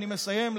אני מסיים.